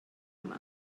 yma